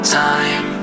time